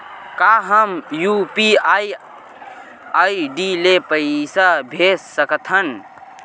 का हम UPI ID ले पईसा भेज सकथन?